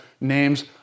names